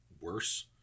worse